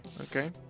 okay